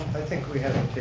think we had